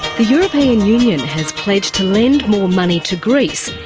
the european union has pledged to lend more money to greece.